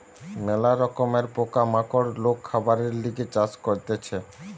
ম্যালা রকমের পোকা মাকড় লোক খাবারের লিগে চাষ করতিছে